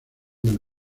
del